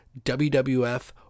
wwf